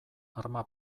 arma